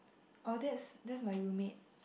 oh that's that's my roommate